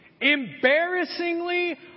Embarrassingly